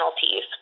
penalties